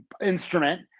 instrument